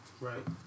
Right